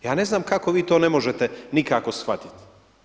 Ja ne znam kako vi to ne možete nikako shvatiti.